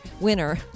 winner